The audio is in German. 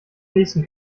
nächsten